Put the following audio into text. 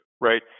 right